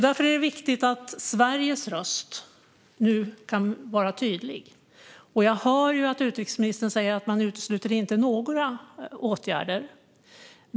Därför är det viktigt att Sveriges röst nu kan vara tydlig, och jag hör att utrikesministern säger att man inte utesluter några åtgärder.